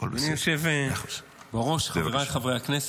אדוני היושב-ראש, חבריי חברי הכנסת,